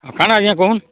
କାଣା ଆଜ୍ଞା କହୁନ୍